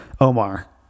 Omar